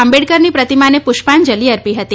આંબેડકરની પ્રતિમાને પુષ્પાંજલી અર્પી હતી